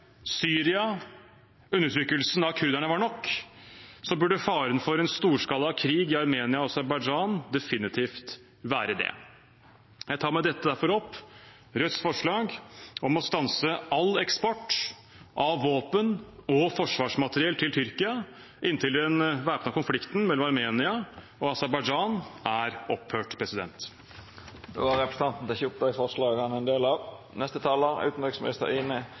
Syria og undertrykkelsen av kurderne var nok, burde faren for en storskala krig i Armenia og Aserbajdsjan definitivt være det. Jeg tar med dette derfor opp Rødts forslag om å stanse all eksport av våpen og forsvarsmateriell til Tyrkia inntil den væpnede konflikten mellom Armenia og Aserbajdsjan er opphørt. Representanten Bjørnar Moxnes har teke opp det forslaget han